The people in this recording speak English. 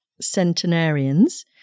centenarians